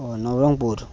ଓ Nabarangpur